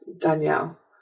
Danielle